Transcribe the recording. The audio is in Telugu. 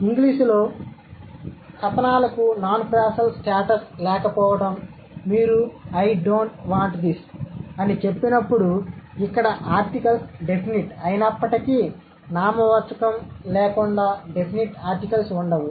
ఇంగ్లీషులో ఆర్టికల్స్కు నాన్ఫ్రేసల్ స్టేటస్ లేకపోవడం మీరు I don't want this dont want this అని చెప్పినప్పుడు ఇక్కడ ఆర్టికల్స్ డెఫినిట్ అయినప్పటికీ నామవాచకం లేకుండా డెఫినిట్ ఆర్టికల్స్ వుండవు